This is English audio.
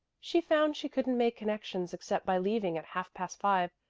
she found she couldn't make connections except by leaving at half past five,